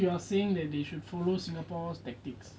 so you are saying that they should follow singapore's tactics